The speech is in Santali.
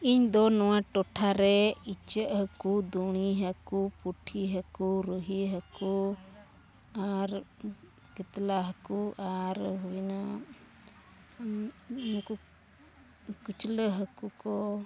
ᱤᱧᱫᱚ ᱱᱚᱣᱟ ᱴᱚᱴᱷᱟᱨᱮ ᱤᱪᱟᱹᱜ ᱦᱟᱹᱠᱩ ᱫᱩᱬᱤ ᱦᱟᱹᱠᱩ ᱯᱩᱴᱷᱤ ᱦᱟᱹᱠᱩ ᱨᱩᱦᱤ ᱦᱟᱹᱠᱩ ᱟᱨ ᱠᱟᱛᱞᱟ ᱦᱟᱹᱠᱩ ᱟᱨ ᱦᱩᱭᱮᱱᱟ ᱩᱱᱠᱩ ᱠᱩᱪᱞᱟᱹ ᱦᱟᱹᱠᱩ ᱠᱚ